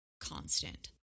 constant